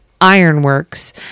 Ironworks